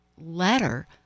letter